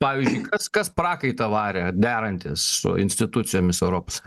pavyzdžiui kas kas prakaitą varė derantis su institucijomis europos